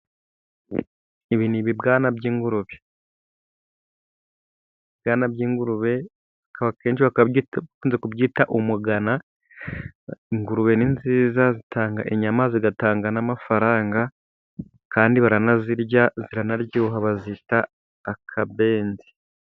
Ibi ni ibibwana by'ingurube. Ibibwana by'ingurube, akenshi bakaba bakunze kubyita umugana, ingurube ni nziza, zitanga inyama, zigatanga n'amafaranga, kandi baranazirya zikanaryoha bazita akabenzi.